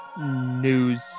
news